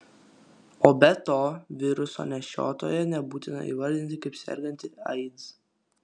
o be to viruso nešiotoją nebūtina įvardinti kaip sergantį aids